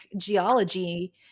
geology